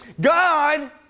God